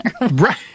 right